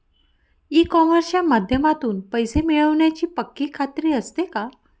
E कॉमर्सच्या माध्यमातून पैसे मिळण्याची पक्की खात्री असते का?